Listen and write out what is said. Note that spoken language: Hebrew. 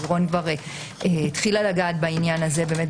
לירון התחילה לגעת בעניין הזה, גם